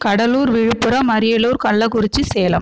Cuddalore Villupuram Ariyalur Kallakurichi Salem